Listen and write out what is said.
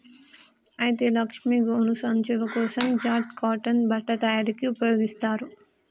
అయితే లక్ష్మీ గోను సంచులు కోసం జూట్ కాటన్ బట్ట తయారీకి ఉపయోగిస్తారు